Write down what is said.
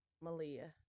Malia